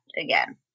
again